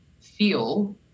feel